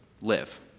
live